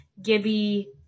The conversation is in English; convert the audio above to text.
Gibby